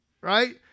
right